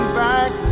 back